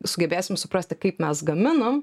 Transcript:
sugebėsim suprasti kaip mes gaminam